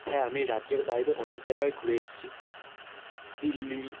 হ্যাঁ আমি রাজ্যের বাইরে অনেক জায়গায় ঘুরে এসেছি দিল্লি